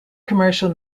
commercial